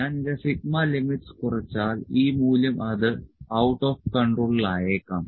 ഞാൻ എന്റെ sigma limits കുറച്ചാൽ ഈ മൂല്യം അത് ഔട്ട് ഓഫ് കൺട്രോളിൽ ആയേക്കാം